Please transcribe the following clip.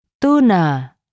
Tuna